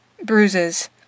Bruises